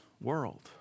world